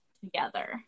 together